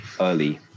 early